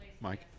Mike